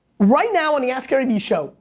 right now on the askgaryvee show,